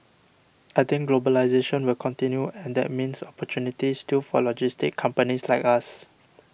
I think globalisation will continue and that means opportunities still for logistics companies like us